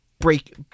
break